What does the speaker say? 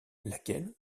laquelle